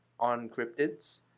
OnCryptids